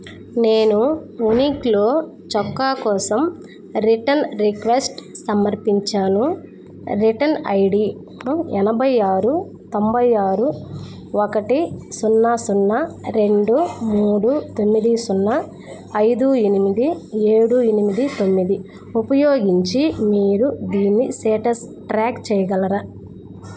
నేను వూనిక్లో చొక్కా కోసం రిటర్న్ రిక్వెస్ట్ సమర్పించాను రిటర్న్ ఐడి ఎనభై ఆరు తొంబై ఆరు ఒకటి సున్నా సున్నా రెండు మూడు తొమ్మిది సున్నా ఐదు ఎనిమిది ఏడు ఎనిమిది తొమ్మిది ఉపయోగించి మీరు దీని సేటస్ ట్రాక్ చెయ్యగలరా